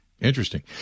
Interesting